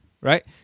right